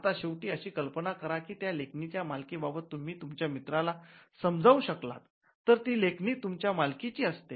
आता शेवटी अशी कल्पना करा की त्या लेखणीच्या मालकीबाबत तुम्ही तुमच्या मित्राला समजाऊ शकलात तर ती लेखणी तुमच्या मालकीची असते